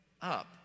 up